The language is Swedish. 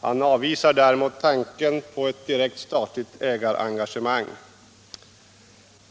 Han avvisar däremot tanken på ett direkt statligt ägarengagemang.